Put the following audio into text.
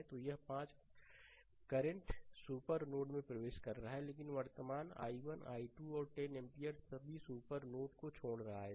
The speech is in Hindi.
तो यह 5 करंट सुपर नोड में प्रवेश कर रहा है लेकिन वर्तमान i1 i2 और 10 एम्पीयर सभी सुपर नोड को छोड़ रहे हैं